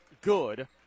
good